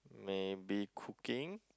maybe cooking